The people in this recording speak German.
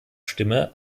stimme